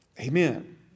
Amen